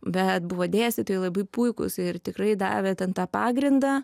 bet buvo dėstytojai labai puikūs ir tikrai davė ten tą pagrindą